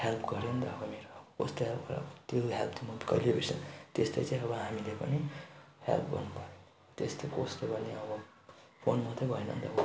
help गर्यो नि त भनेर कस्तो हेल्प गर्यो त्यो हेल्प चाहिँ म कहिले बिर्सन्नँ त्यस्तै चाहिँ अब हामीले पनि हेल्प गर्नुपर्यो त्यस्तो कस्तो भने अब फोन मात्रै भएन नि त